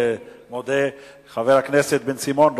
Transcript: חבר הכנסת בן-סימון,